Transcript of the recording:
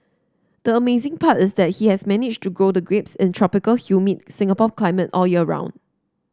the amazing part is that he has managed to grow the grapes in tropical humid Singapore climate all year round